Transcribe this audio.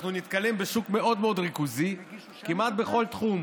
אנחנו נתקלים בשוק מאוד מאוד ריכוזי כמעט בכל תחום,